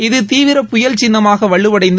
இது தீவிர புயல் சின்னமாக வழுவடைந்து